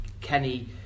Kenny